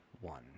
One